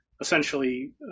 essentially